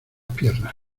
piernas